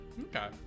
Okay